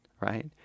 right